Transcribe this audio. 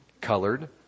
colored